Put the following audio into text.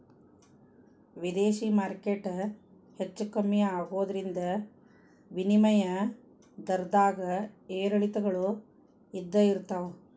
ವಿದೇಶಿ ಮಾರ್ಕೆಟ್ ಹೆಚ್ಚೂ ಕಮ್ಮಿ ಆಗೋದ್ರಿಂದ ವಿನಿಮಯ ದರದ್ದಾಗ ಏರಿಳಿತಗಳು ಇದ್ದ ಇರ್ತಾವ